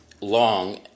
long